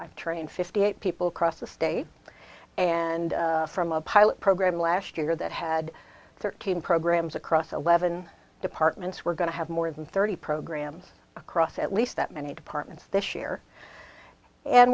i train fifty eight people across the state and from a pilot program last year that had thirteen programs across eleven departments we're going to have more than thirty programs across at least that many departments this year and